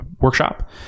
workshop